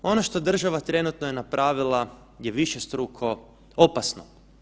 Ono što država trenutno je napravila je višestruko opasno.